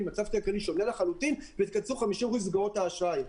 במצב כלכלי שונה לחלוטין ותקצצו 50 אחוזים במסגרות האשראי.